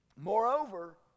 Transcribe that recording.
Moreover